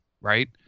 right